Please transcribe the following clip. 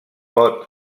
pot